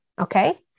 okay